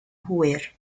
hwyr